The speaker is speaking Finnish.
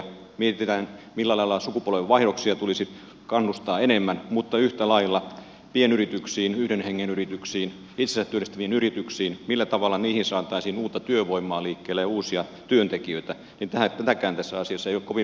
kun mietitään millä lailla sukupolvenvaihdoksia tulisi kannustaa enemmän mutta yhtä lailla millä tavalla pienyrityksiin yhden hengen yrityksiin itsensä työllistäviin yrityksiin saataisiin uutta työvoimaa ja uusia työntekijöitä liikkeelle niin tätäkään tässä asiassa ei ole kovin vahvasti huomioitu